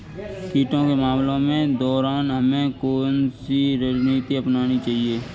कीटों के हमलों के दौरान हमें कौन सी रणनीति अपनानी चाहिए?